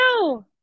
no